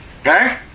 okay